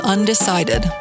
Undecided